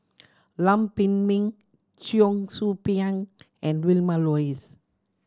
Lam Pin Min Cheong Soo Pieng and Vilma Laus